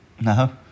No